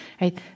Right